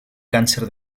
cáncer